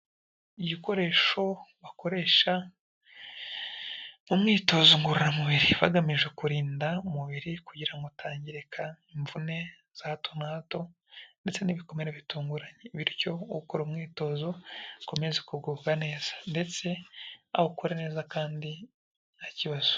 Igikoresho bakoresha mu mwitozo ngororamubiri bagamije kurinda umubiri kugira ngo utangirika, imvune za hato na hato ndetse n'ibikomere bitunguranye. Bityo ukora umwitozo ukomeze kugubwa neza ndetse awukore neza kandi nta kibazo.